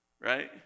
right